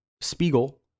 Spiegel